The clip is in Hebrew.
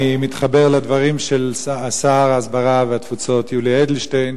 אני מתחבר לדברים של שר ההסברה והתפוצות יולי אדלשטיין,